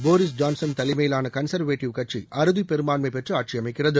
Boris Johnson தலைமையிலான கன்சர்வேடிவ் கட்சி அறுதிப்பெரும்பான்மை பெற்று ஆட்சி அமைக்கிறது